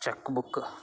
chequebook